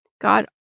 God